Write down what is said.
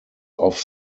off